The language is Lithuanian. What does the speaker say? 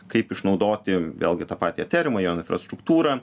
kaip išnaudoti vėlgi tą patį eterimą jo infrastruktūrą